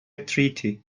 treaty